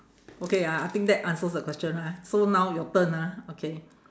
okay ah I think that answers the question ah so now your turn ah okay